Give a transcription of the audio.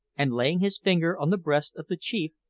and laying his finger on the breast of the chief,